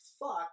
fuck